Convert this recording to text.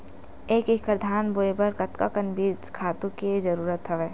एक एकड़ धान बोय बर कतका बीज खातु के जरूरत हवय?